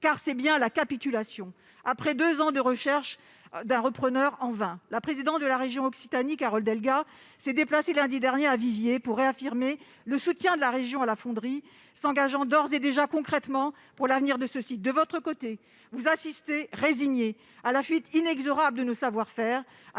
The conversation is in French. il s'agit bien d'une capitulation, après deux ans de recherches, en vain, d'un repreneur ! La présidente de la région Occitanie, Carole Delga, s'est déplacée lundi dernier à Viviez, afin de réaffirmer le soutien de la région à la fonderie, s'engageant d'ores et déjà concrètement pour l'avenir de ce site. De votre côté, vous assistez, résignée, à la fuite inexorable de nos savoir-faire